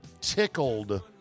tickled